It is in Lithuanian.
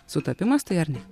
sutapimas tai ar ne